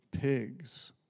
pigs